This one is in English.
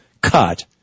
cut